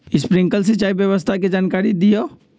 Sprinkler सिंचाई व्यवस्था के जाकारी दिऔ?